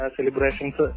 Celebrations